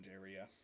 area